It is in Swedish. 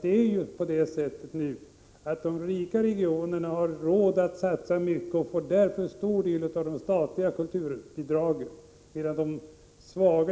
Det är nämligen på det sättet nu att de rika regionerna har råd att satsa mycket och därför får en stor del av de statliga kulturbidragen, medan de